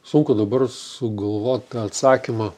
sunku dabar sugalvot atsakymą